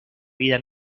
vida